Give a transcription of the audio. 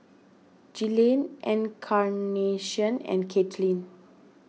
Glynn Encarnacion and Katelin